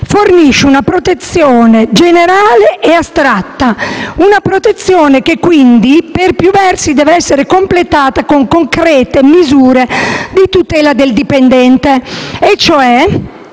fornisce una protezione generale e astratta e che quindi, per più versi, deve essere completata con concrete misure di tutela del dipendente. Cioè